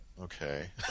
okay